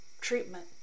treatment